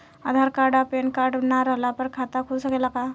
आधार card आ PAN card ना रहला पर खाता खुल सकेला का?